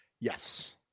Yes